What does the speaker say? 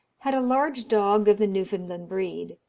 had a large dog of the newfoundland breed.